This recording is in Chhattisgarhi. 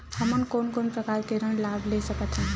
हमन कोन कोन प्रकार के ऋण लाभ ले सकत हन?